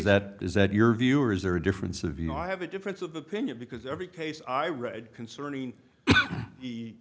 that is that your viewers or a difference of you know i have a difference of opinion because every case i read concerning the